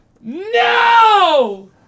No